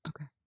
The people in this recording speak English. Okay